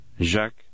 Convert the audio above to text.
Jacques